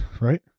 right